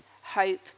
hope